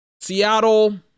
Seattle